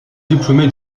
diplômé